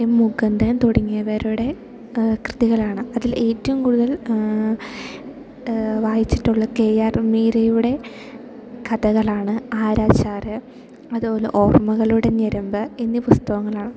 M Mukundan തുടങ്ങിയവരുടെ കൃതികളാണ് അതിൽ ഏറ്റവും കൂടുതൽ വായിച്ചിട്ടുള്ള കെ ആർ മീരയുടെ കഥകളാണ് ആരാച്ചാർ അതുപോലെ ഓർമ്മകളുടെ ഞരമ്പ് എന്നീ പുസ്തകങ്ങളാണ്